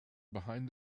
behind